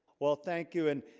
well. thank you and